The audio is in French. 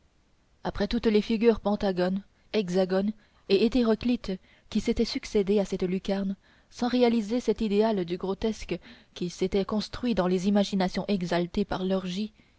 après toutes les figures pentagones hexagones et hétéroclites qui s'étaient succédé à cette lucarne sans réaliser cet idéal du grotesque qui s'était construit dans les imaginations exaltées par l'orgie